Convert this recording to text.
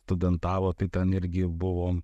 studentavo tai ten irgi buvo